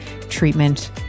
treatment